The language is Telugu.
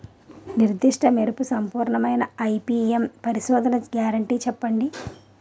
నిర్దిష్ట మెరుపు సంపూర్ణమైన ఐ.పీ.ఎం పరిశోధన గ్యారంటీ చెప్పండి?